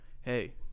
Hey